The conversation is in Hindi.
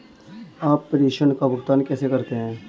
आप प्रेषण का भुगतान कैसे करते हैं?